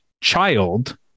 child